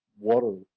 water